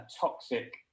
toxic